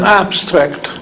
abstract